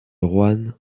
roanne